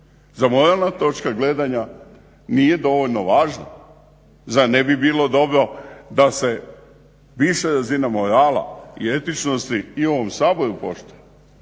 Zar moralna točka gledanja nije dovoljno važna? Zar ne bi bilo dobro da se viša razina morala i etičnosti i u ovom Saboru poštuje?